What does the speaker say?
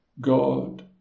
God